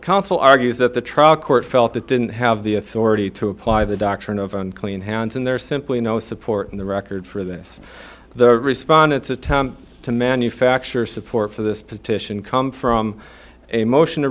council argues that the trial court felt it didn't have the authority to apply the doctrine of unclean hands and there is simply no support in the record for this the respondents attempt to manufacture support for this petition come from a motion to